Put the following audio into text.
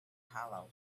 hollow